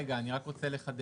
רגע, אני רק רוצה לחדד.